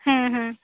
ᱦᱩᱸ ᱦᱩᱸ